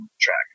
track